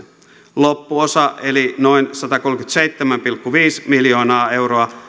loppuosa eli noin satakolmekymmentäseitsemän pilkku viisi miljoonaa euroa